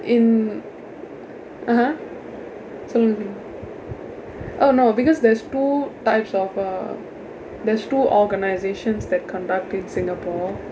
in (uh huh) சொல்லுங்க:sollunga oh no because there's two types of a there's two organizations that conduct in singapore